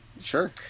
Sure